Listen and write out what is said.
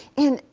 and,